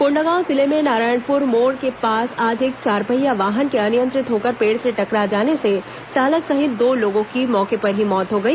कोंडागांव जिले में नारायणपुर मोड़ के पास आज एक चारपहिया वाहन के अनियंत्रित होकर पेड़ से टकरा जाने से चालक सहित दो लोगों की मौत हो गई